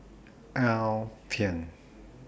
Alpen